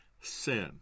sin